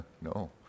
No